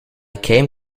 came